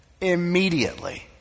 immediately